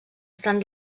estan